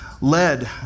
led